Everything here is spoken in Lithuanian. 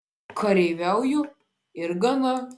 kareiviauju ir gana